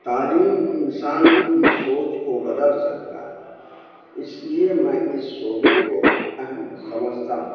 تعلیم انسان کی سوچ کو بدل سکتا ہے اس لیے میں اس شعبے کو اہم سمجھتا ہوں